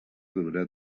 dura